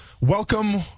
Welcome